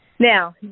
Now